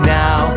now